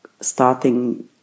starting